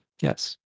Yes